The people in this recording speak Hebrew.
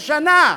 ושנה,